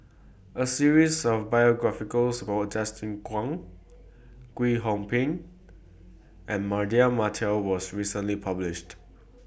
A series of biographical SCORE Justin Zhuang Kwek Hong Png and Mardan Mamat was recently published